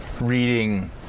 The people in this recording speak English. reading